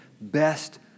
best